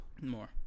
More